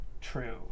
True